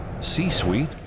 C-Suite